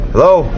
Hello